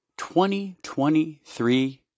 2023